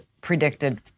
predicted